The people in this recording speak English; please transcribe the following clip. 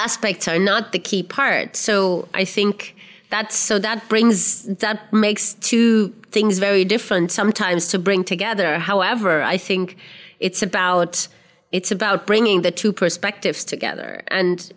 aspects are not the key part so i think that's so that brings that makes two things very different sometimes to bring together however i think it's about it's about bringing the two perspectives together and